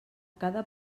cada